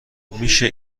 میشه